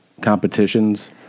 competitions